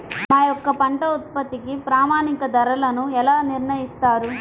మా యొక్క పంట ఉత్పత్తికి ప్రామాణిక ధరలను ఎలా నిర్ణయిస్తారు?